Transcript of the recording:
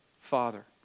Father